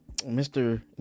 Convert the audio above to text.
Mr